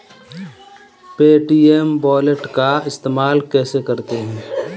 Paytm wallet का इस्तेमाल कैसे करते हैं?